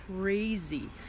crazy